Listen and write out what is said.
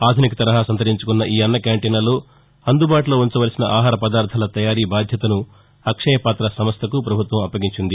ఆధునిక తరహా సంతరించుకున్న ఈ అన్న క్యాంటీన్లలో అందుబాటులో ఉంచవలసిన ఆహారపదార్దాల తయారీ బాధ్యతను అక్షయపాత సంస్టకు ప్రభుత్వం అప్పగించింది